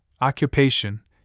Occupation